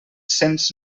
cents